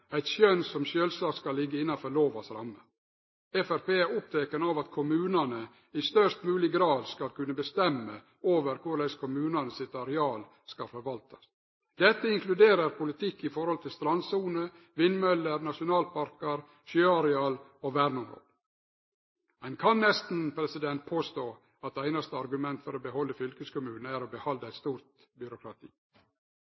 eit skjønn som sjølvsagt skal liggje innanfor rammene av lova. Framstegspartiet er oppteke av at kommunane i størst mogleg grad skal kunne bestemme over korleis areala i kommunane skal forvaltast. Dette inkluderer politikk som gjeld strandsone, vindmøller, nasjonalparkar, sjøareal og verneområde. Ein kan nesten påstå at einaste argument for å behalde fylkeskommunen er å behalde eit